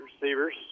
Receivers